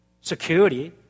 security